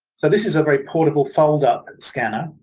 so this is a very portable fold-up and scanner.